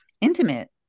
intimate